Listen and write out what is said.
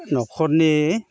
नखरनि